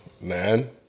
Man